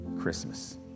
Christmas